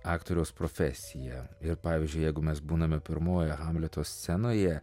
aktoriaus profesija ir pavyzdžiui jeigu mes būname pirmoje hamleto scenoje